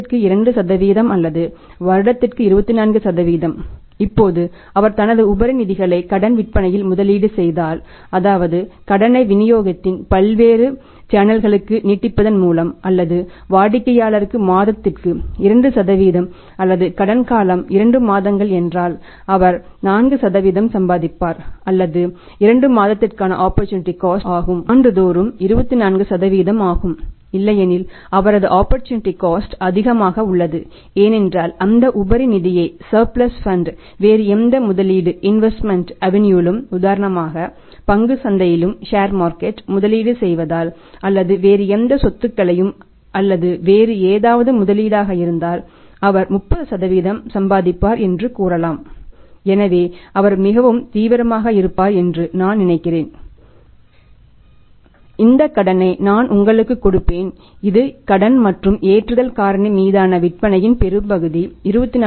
ஆண்டுதோறும் அது 24 ஆகும் இல்லையெனில் அவரது ஆப்பர்சூனிட்டி காஸ்ட் மீதான விற்பனையின் பெரும்பகுதி 24